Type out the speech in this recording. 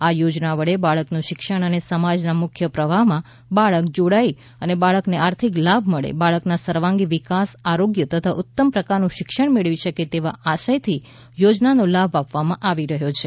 આ યોજના વડે બાળકનું શિક્ષણ અને સમાજના મુખ્ય પ્રવાહમાં બાળક જોડાઈ અને બાળકને આર્થિક લાભ મળે બાળકના સર્વાંગી વિકાસ આરોગ્ય તથા ઉત્તમ પ્રકારનું શિક્ષણ મેળવી શકે તેવા આશયથી યોજનાનો લાભ આપવામાં આવી રહ્યો છે